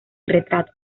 retratos